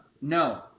no